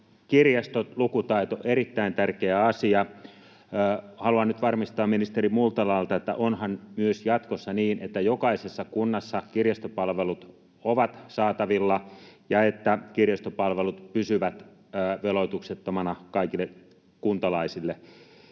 Kirjastot, lukutaito — erittäin tärkeä asia. Haluan nyt varmistaa ministeri Multalalta: Onhan myös jatkossa niin, että jokaisessa kunnassa kirjastopalvelut ovat saatavilla ja että kirjastopalvelut pysyvät veloituksettomana kaikille kuntalaisille?